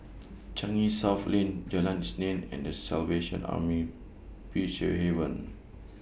Changi South Lane Jalan Isnin and The Salvation Army pitch A Haven